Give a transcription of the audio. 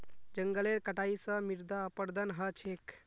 जंगलेर कटाई स मृदा अपरदन ह छेक